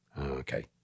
okay